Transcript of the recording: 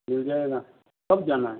मिल जाएगा कब जाना है